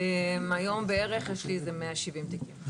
היום בערך יש לי איזה 170 תיקים.